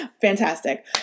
fantastic